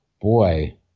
boy